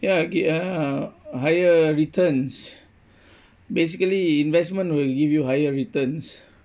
ya ya uh higher returns basically investment will give you higher returns